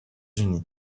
unis